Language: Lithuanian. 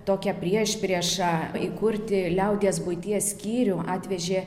tokią priešpriešą įkurti liaudies buities skyrių atvežė